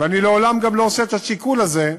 ואני לעולם גם לא עושה את השיקול הזה,